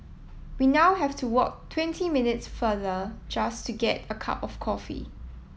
we now have to walk twenty minutes farther just to get a cup of coffee